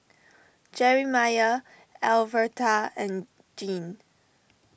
Jerimiah Alverta and Jean